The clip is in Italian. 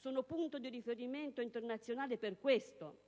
questo punti di riferimento internazionale.